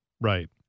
Right